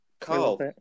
Carl